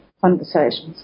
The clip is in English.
conversations